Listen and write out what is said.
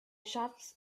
shots